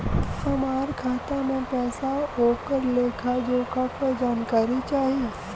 हमार खाता में पैसा ओकर लेखा जोखा के जानकारी चाही?